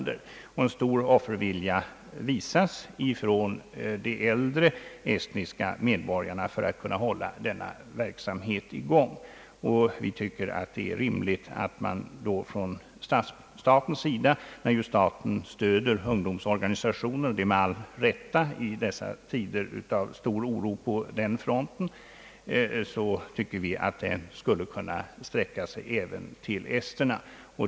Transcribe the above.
De äldre estniska medborgarna visar stor offervilja när det gäller att hålla verksamheten i gång, och vi tycker att det är rimligt, när staten med all rätt stöder ungdomsorganisationer i dessa tider av stor oro på den fronten, att stödet skulle kunna utsträckas även till esterna.